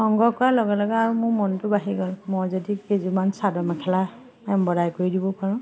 সংগ্ৰহ কৰাৰ লগে লগে আৰু মোৰ মনটো বাঢ়ি গ'ল মই যদি কেইযোৰমান চাদৰ মেখেলা এম্বদাৰি কৰি দিব পাৰোঁ